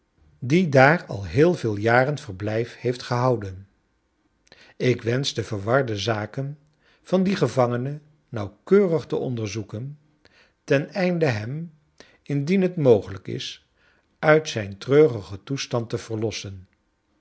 die daar al heel veel jaren verblijf heeft gehouden ik wensch de verwarde zaken van dien gevangene nauwkeurig te onderzoeken ten einde hem indien het mogelijk is uit zijn treurigen toestand te verlossen